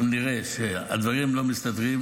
אם נראה שהדברים לא מסתדרים,